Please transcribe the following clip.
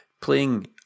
playing